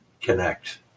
connect